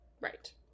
right